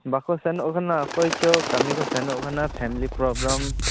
ᱵᱟᱠᱚ ᱥᱮᱱᱚᱜ ᱠᱟᱱᱟ ᱚᱠᱚᱭᱪᱚ ᱠᱟᱹᱢᱤᱠᱚ ᱥᱮᱱᱚᱜ ᱠᱟᱱᱟ ᱯᱷᱮᱢᱞᱤ ᱯᱨᱚᱵᱽᱞᱮᱢ